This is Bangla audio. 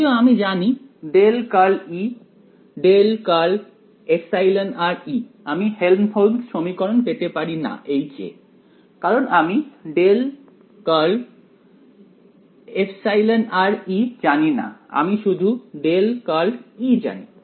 যদিও আমি জানি εr আমি হেল্মহোল্টজ সমীকরণ পেতে পারি না এ কারণ আমি εrজানি না আমি শুধু জানি